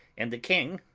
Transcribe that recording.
and the king,